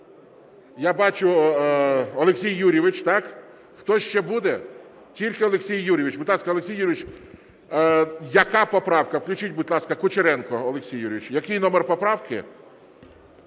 Тільки Олексій Юрійович. Будь ласка, Олексій Юрійович, яка поправка? Включіть, будь ласка, Кучеренко Олексій Юрійович. Який номер поправки?